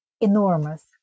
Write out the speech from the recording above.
enormous